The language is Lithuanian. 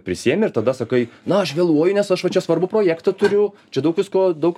prisiimi ir tada sakai na aš vėluoju nes aš va čia svarbų projektą turiu čia daug visko daug